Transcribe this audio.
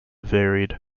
varied